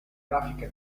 grafica